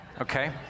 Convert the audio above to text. okay